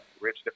Rich